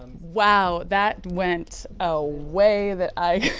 wow, that went a way that i